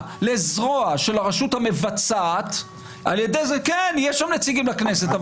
לזרוע של הרשות המבצעת בכך שיהיו שם נציגים לכנסת,